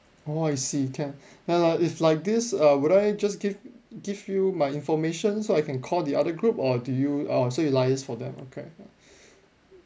oh I see can no lah if like this uh would I just give give you my information so I can call the other group or do you oh so you liase for them okay okay